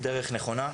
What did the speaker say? דרך נכונה.